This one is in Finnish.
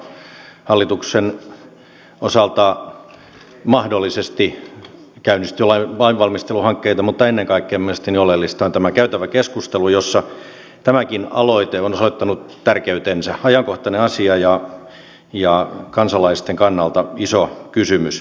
hallituksen osalta mahdollisesti käynnistyy lainvalmisteluhankkeita mutta ennen kaikkea mielestäni oleellista on tämä käytävä keskustelu jossa tämäkin aloite on osoittanut tärkeytensä ajankohtainen asia ja kansalaisten kannalta iso kysymys